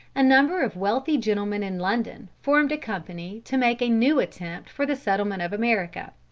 a number of wealthy gentlemen in london formed a company to make a new attempt for the settlement of america.